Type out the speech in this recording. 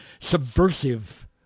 subversive